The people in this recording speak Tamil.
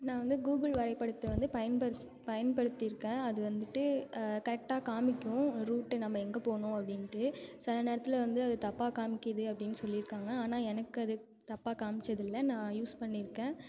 நான் வந்து கூகுள் வரைபடத்தை வந்து பயன்ப பயன்படுத்திருக்கேன் அது வந்துட்டு கரெக்டாக காமிக்கும் ரூட்டு நம்ம எங்கே போகணும் அப்டின்ட்டு சில நேரத்தில் வந்து அது தப்பா காமிக்கிது அப்டின்னு சொல்லிருக்காங்க ஆனால் எனக்கு அது தப்பா காமிச்சதில்ல நான் யூஸ் பண்ணிருக்கேன்